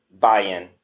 buy-in